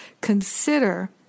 consider